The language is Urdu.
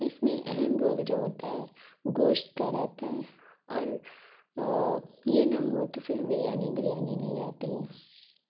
تو اس میں اہم رول جو ہوتا ہے گوشت کا رہتا ہے اور یہ نہ ہو تو پھر بریانی بریانی نہیں رہتی ہے